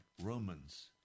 Romans